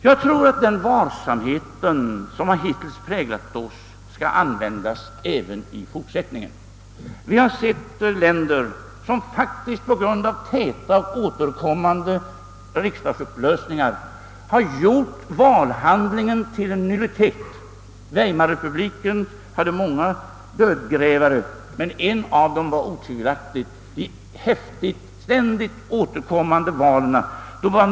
Jag tror att den varsamhet, som präglat regeringarnas handlande i dessa fall även i fortsättningen skall tillämpas. Det finns exempel på länder som genom tätt återkommande riksdagsupplösningar förvandlat valhandlingen till en nullitet. Weimarrepubliken hade många dödgrävare, men en av dem var otvivelaktigt de ständigt återkommande valen.